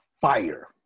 fire